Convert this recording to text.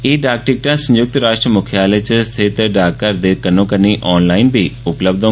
एह् डाक टिकटां संयुक्त राश्ट्र मुख्यालय च स्थित डाकघर दे कन्नो कन्नी आनलाईन बी उपलब्ध न